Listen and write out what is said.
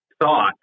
thought